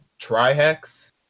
Trihex